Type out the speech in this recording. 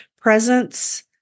presence